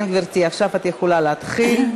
כן, גברתי, עכשיו את יכולה להתחיל.